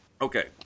Okay